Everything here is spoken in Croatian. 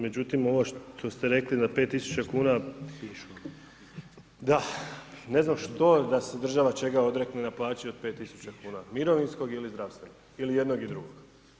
Međutim ovo što ste rekli na 5 tisuća kuna, da, ne znam što da se država čega odrekne na plaći od 5 tisuća kuna, mirovinskog ili zdravstvenog ili jednog i drugog.